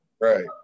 Right